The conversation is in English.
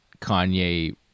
Kanye